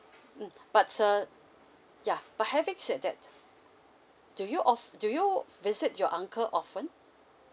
mm but uh yeah but having said that do you of do you visit your uncle often